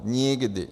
Nikdy!